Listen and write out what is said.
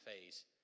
phase